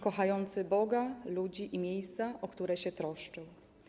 Kochający Boga, ludzi i miejsca, o które się troszczył.